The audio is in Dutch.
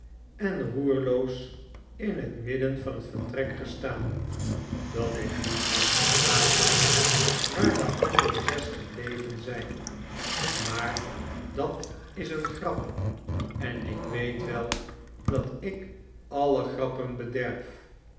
em roerloos in het midden van het vertrek gestaan dat ik u haast gevraagd had waar de andere zes geblevem zijn maar dat is eene grap en ik weet wel dat ik alle grappen bederf